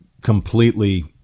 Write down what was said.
completely